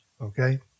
Okay